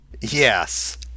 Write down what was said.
Yes